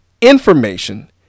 information